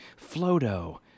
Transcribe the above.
Flodo